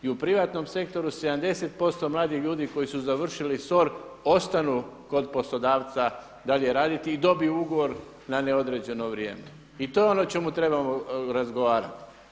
I u privatnom sektoru 70% mladih ljudi koji su završili SOR ostanu kod poslodavca dalje raditi i dobiju ugovor na neodređeno vrijeme i to je ono o čemu trebamo razgovarati.